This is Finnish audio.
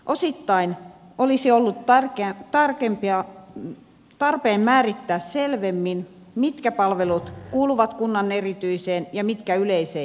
osittain olisi ollut tarpeen määrittää selvemmin mitkä palvelut kuuluvat kunnan erityiseen ja mitkä yleiseen järjestämisvastuuseen